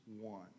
one